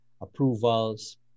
approvals